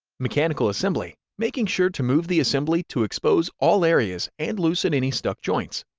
mechanical assembly, making sure to move the assembly to expose all areas and loosen any stuck joints,